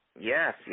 yes